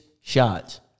shots